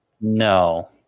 No